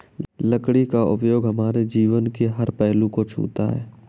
लकड़ी का उपयोग हमारे जीवन के हर पहलू को छूता है